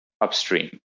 upstream